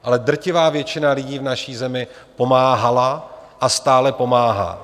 Ale drtivá většina lidí v naší zemi pomáhala a stále pomáhá.